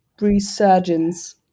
resurgence